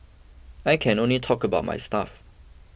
I can only talk about my stuff